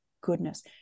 goodness